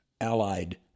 allied